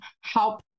help